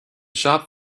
shop